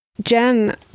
Jen